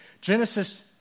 Genesis